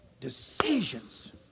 Decisions